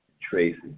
Tracy